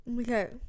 okay